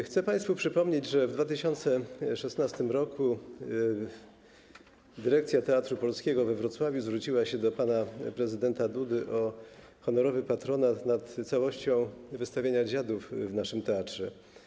Chcę państwu przypomnieć, że w 2016 r. dyrekcja Teatru Polskiego we Wrocławiu zwróciła się do pana prezydenta Dudy o honorowy patronat nad całością wystawienia „Dziadów” w naszym teatrze.